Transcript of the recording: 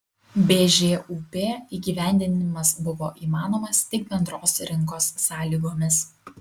bžūp įgyvendinimas buvo įmanomas tik bendros rinkos sąlygomis